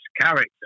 character